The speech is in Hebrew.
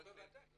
כן ודאי.